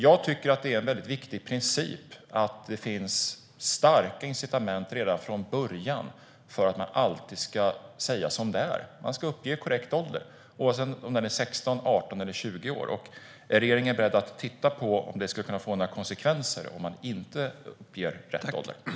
Jag tycker att det är en väldigt viktig princip att det ända från början finns starka incitament för att alltid säga som det är. Man ska uppge korrekt ålder oavsett om den är 16, 18 eller 20 år. Är regeringen beredd att titta på om det skulle kunna få några konsekvenser om man inte uppger rätt ålder?